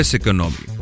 economy